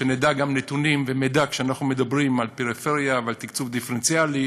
כדי שנדע נתונים ומידע כשאנחנו מדברים על פריפריה ועל תקצוב דיפרנציאלי.